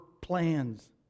plans